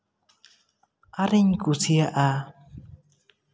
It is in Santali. ᱟᱨᱤᱧ ᱠᱩᱥᱤᱭᱟᱜᱼᱟ